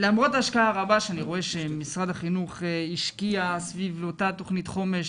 למרות השקעה רבה שאני רואה שמשרד החינוך השקיע סביב אותה תוכנית חומש,